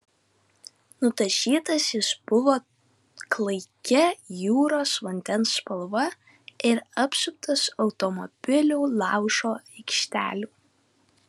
nudažytas jis buvo klaikia jūros vandens spalva ir apsuptas automobilių laužo aikštelių